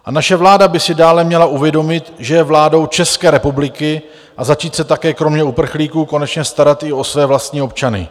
A naše vláda by si dále měla uvědomit, že je vládou České republiky, a začít se také kromě uprchlíků konečně starat i o své vlastní občany.